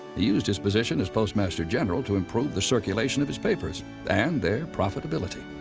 he used his position as postmaster general to improve the circulation of his papers and their profitability.